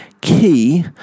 key